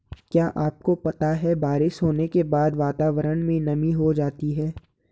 क्या आपको पता है बारिश होने के बाद वातावरण में नमी हो जाती है?